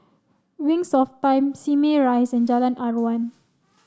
Wings of Time Simei Rise and Jalan Aruan